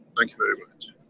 thank you very much.